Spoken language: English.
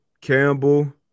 Campbell